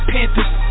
Panthers